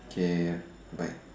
okay bye